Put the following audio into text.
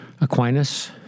Aquinas